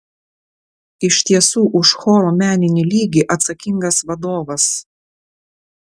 iš tiesų už choro meninį lygį atsakingas vadovas